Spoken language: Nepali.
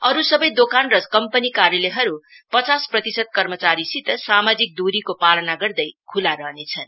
अरू सबै दोकान र कम्पनी कार्यालयहरू पचास प्रतिशत कर्मचारीसित सामाजिक दुरीको पालना गर्दै खुल्ला रहनेछन्